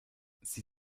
sie